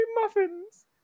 muffins